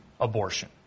abortion